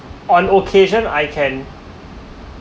on occasion I can